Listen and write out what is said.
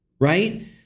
right